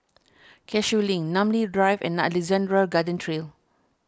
Cashew Link Namly Drive and Alexandra Road Garden Trail